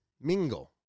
mingle